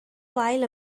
wael